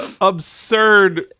absurd